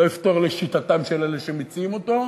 לא יפתור לשיטתם של אלה שמציעים אותו.